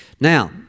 Now